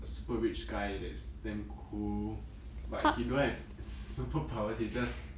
super rich guy that's damn cool but he don't have superpowers he just